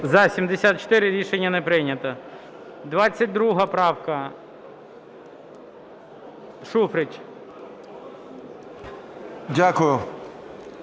За-74 Рішення не прийнято. 22 правка. Шуфрич.